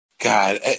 God